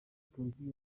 polisi